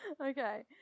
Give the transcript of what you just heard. Okay